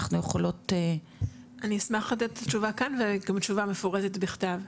אנחנו יכולות -- אני אשמח לתת את התשובה כאן וגם תשובה מפורטת בכתב.